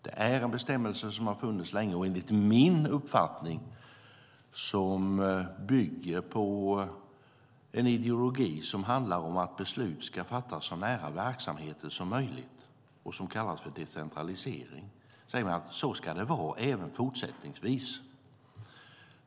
Det är en bestämmelse som funnits länge, och enligt min uppfattning, som bygger på en ideologi som handlar om att beslut ska fattas så nära verksamheter som möjligt och kallas för decentralisering, ska det vara så även fortsättningsvis.